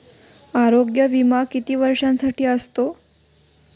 आरोग्य विमा किती वर्षांसाठी असतो?